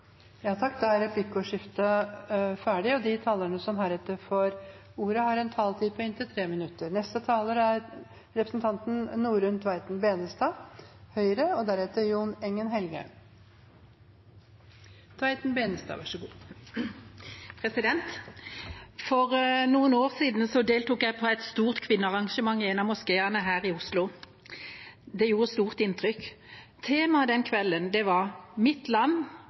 Replikkordskiftet er omme. De talere som heretter får ordet, har en taletid på inntil 3 minutter. For noen år siden deltok jeg på et stort kvinnearrangement i en av moskeene her i Oslo. Det gjorde stort inntrykk. Temaet den kvelden var: Mitt land,